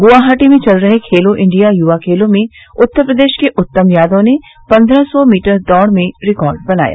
गुवाहाटी में चल रहे खेलो इण्डिया युवा खेलों में उत्तर प्रदेश के उत्तम यादव ने पन्द्रह सौ मीटर दौड़ में रिकार्ड बनाया